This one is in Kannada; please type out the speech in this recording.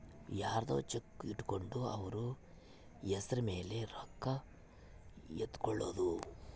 ಯರ್ದೊ ಚೆಕ್ ಇಟ್ಕೊಂಡು ಅವ್ರ ಹೆಸ್ರ್ ಮೇಲೆ ರೊಕ್ಕ ಎತ್ಕೊಳೋದು